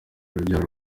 urubyaro